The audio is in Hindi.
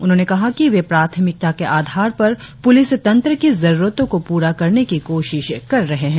उन्होंने कहा कि वे प्राथमिकता के आधार पर पुलिस तंत्र की जरुरतों को पूरा करने की कोशिश कर रहे है